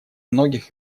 многих